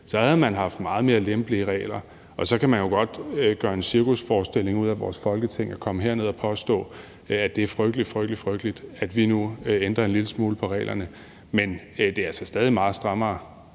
havde man haft meget mere lempelige regler. Så kan man jo godt gøre en cirkusforestilling ud af vores Folketing og komme herned og påstå, at det er så frygteligt, så frygteligt, at vi nu ændrer en lille smule på reglerne, men det er altså stadig meget strammere